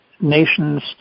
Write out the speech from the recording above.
nations